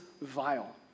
vile